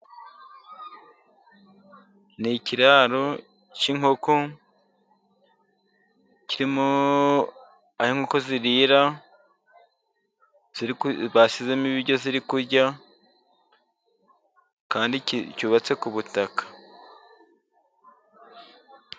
Ni ikiraro cy'inkoko kirimo aho inkoko zirira. Bashyizemo ibiryo ziri kurya, kandi cyubatse ku butaka.